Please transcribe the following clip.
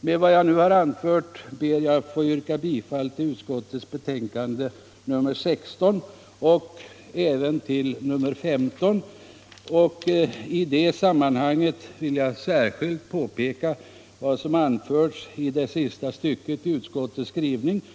Med vad jag nu har anfört ber jag att få yrka bifall till finansutskottets hemställan i betänkandet nr 16. I det sammanhanget vill jag också särskilt peka på vad som anförs på s. 3 sista stycket i finansutskottets betänkande nr 15.